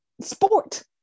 sport